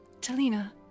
Talina